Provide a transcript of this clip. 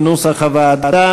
אדוני?